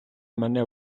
мене